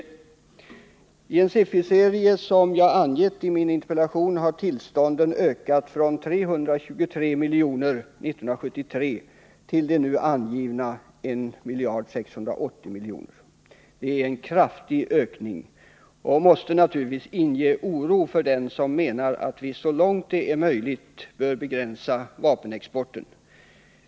Enligt den sifferserie som jag har angett i min interpellation har tillstånden ökat från 323 miljoner 1973 till nu angivna 1 680 miljoner. Det är en kraftig ökning, och det måste naturligtvis inge oro hos dem som menar att vi så långt det är möjligt bör begränsa vapenexporten.